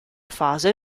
fase